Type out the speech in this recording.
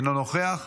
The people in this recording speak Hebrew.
אינו נוכח.